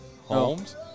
Holmes